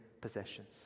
possessions